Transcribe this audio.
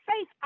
Faith